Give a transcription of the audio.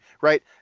Right